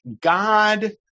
God